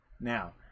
Now